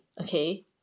okay